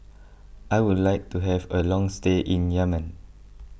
I would like to have a long stay in Yemen